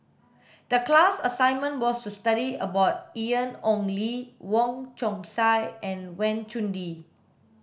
the class assignment was to study about Ian Ong Li Wong Chong Sai and Wang Chunde